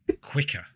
quicker